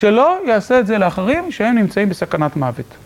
שלא יעשה את זה לאחרים שהם נמצאים בסכנת מוות.